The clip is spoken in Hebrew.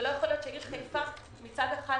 ולא יכול שהעיר חיפה מצד אחד